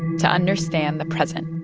to understand the present